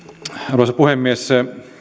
arvoisa puhemies